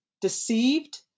deceived